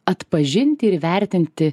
atpažinti ir įvertinti